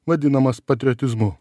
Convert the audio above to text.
vadinamas patriotizmu